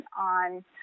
on